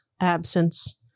absence